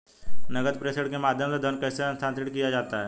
नकद प्रेषण के माध्यम से धन कैसे स्थानांतरित किया जाता है?